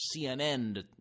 CNN